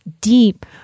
deep